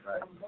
Right